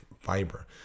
fiber